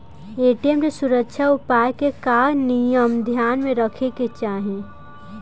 ATM के सुरक्षा उपाय के का का नियम ध्यान में रखे के चाहीं?